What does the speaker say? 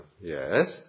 Yes